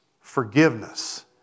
Forgiveness